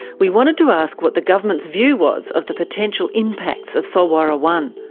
we wanted to ask what the government's view was of the potential impacts of solwara one.